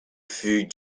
fut